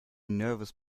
nervous